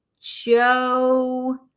joe